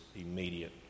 immediate